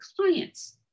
clients